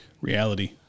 reality